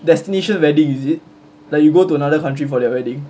destination wedding is it like you go to another country for their wedding